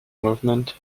movement